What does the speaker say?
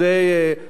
כל מיני עובדים.